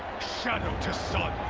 shadow to sun.